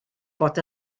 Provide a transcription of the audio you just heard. bod